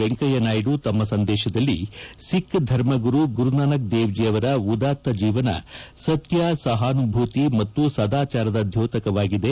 ವೆಂಕಯ್ಯನಾಯ್ನು ತಮ್ಮ ಸಂದೇಶದಲ್ಲಿ ಸಿಖ್ ಧರ್ಮಗುರು ಗುರುನಾನಕ್ ದೇವ್ಜಿ ಅವರ ಉದಾತ್ತ ಜೀವನ ಸತ್ಯ ಸಹಾನುಭೂತಿ ಮತ್ತು ಸದಾಚಾರದ ಧ್ಯೋತಕವಾಗಿದೆ